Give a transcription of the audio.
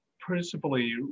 principally